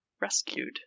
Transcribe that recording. rescued